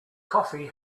coffee